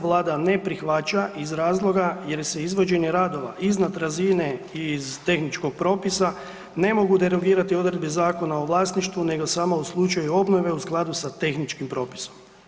Vlada ne prihvaća iz razloga jer se izvođenje radova iznad razine iz tehničkog propisa ne mogu derogirati odredbi Zakona o vlasništvu nego samo u slučaju obnove u skladu sa tehničkim propisom.